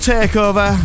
Takeover